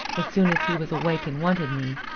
as soon as he was awake and wanted me,